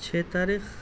چھ تاریخ